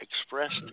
expressed